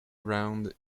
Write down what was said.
round